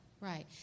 Right